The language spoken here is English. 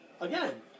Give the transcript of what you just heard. again